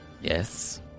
Yes